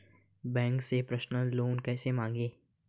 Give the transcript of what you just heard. Bank से personal loan कैसे मांगें?